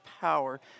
power